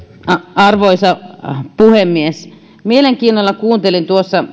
arvoisa puhemies mielenkiinnolla kuuntelin